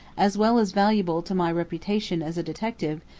as well as valuable to my reputation as a detective,